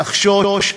לחשוש.